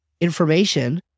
information